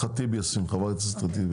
ח'טיב יאסין.